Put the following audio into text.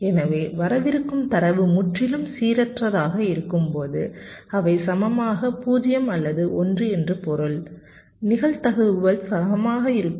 எனவே வரவிருக்கும் தரவு முற்றிலும் சீரற்றதாக இருக்கும்போது அவை சமமாக 0 அல்லது 1 என்று பொருள் நிகழ்தகவுகள் சமமாக இருக்கும்